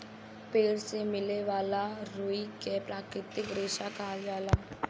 पेड़ से मिले वाला रुई के प्राकृतिक रेशा कहल जाला